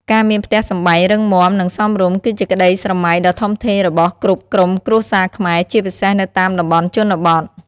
ការមានផ្ទះសម្បែងរឹងមាំ និងសមរម្យ គឺជាក្ដីស្រមៃដ៏ធំធេងរបស់គ្រប់ក្រុមគ្រួសារខ្មែរ ជាពិសេសនៅតាមតំបន់ជនបទ។